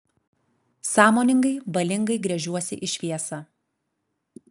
sąmoningai valingai gręžiuosi į šviesą